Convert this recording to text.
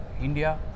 India